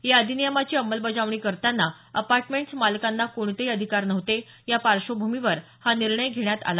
या अधिनियमाची अंमलबजावण करताना अपार्टमेंट्स मालकांना कोणतेही अधिकार नव्हते या पार्श्वभूमीवर हा निर्णय घेण्यात आला